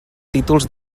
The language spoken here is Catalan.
títols